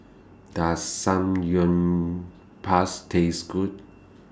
Does Taste Good